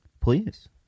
please